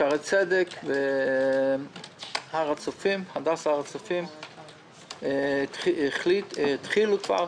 שערי צדק והדסה הר הצופים התחילו כבר.